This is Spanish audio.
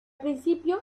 principio